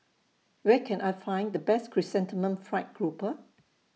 Where Can I Find The Best Chrysanthemum Fried Grouper